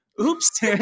oops